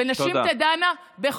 תודה.